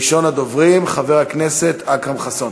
ראשון הדוברים, חבר הכנסת אכרם חסון.